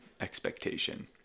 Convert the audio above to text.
expectation